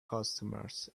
customers